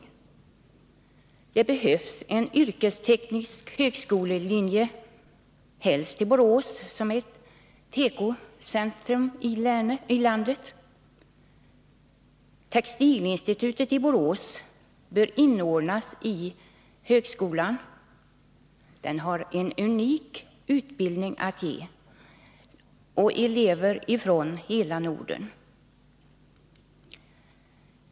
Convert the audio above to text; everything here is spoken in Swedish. Vidare behövs det en yrkesteknisk högskolelinje, helst i Borås som är tekocentrum i landet. Textilinstitutet i Borås bör inordnas i högskolan. Institutet har en unik utbildning och elever från hela Norden.